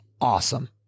awesome